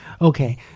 Okay